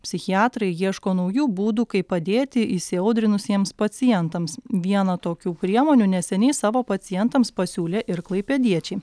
psichiatrai ieško naujų būdų kaip padėti įsiaudrinusiems pacientams vieną tokių priemonių neseniai savo pacientams pasiūlė ir klaipėdiečiai